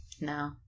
No